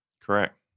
Correct